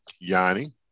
Yanni